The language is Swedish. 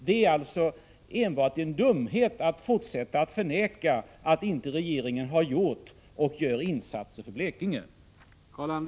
Det är alltså enbart en dumhet att fortsätta att förneka att regeringen har gjort och gör insatser för Blekinge.